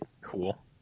cool